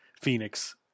Phoenix